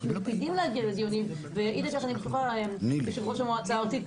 מקפידים להגיע לדיונים ויעיד על כך יושב ראש המועצה הארצית,